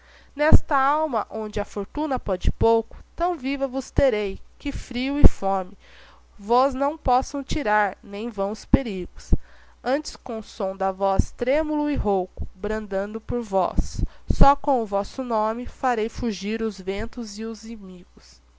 liga nest'alma onde a fortuna pode pouco tão viva vos terei que frio e fome vos não possam tirar nem vãos perigos antes co som da voz trémulo e rouco bradando por vós só com vosso nome farei fugir os ventos e os imigos